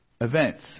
events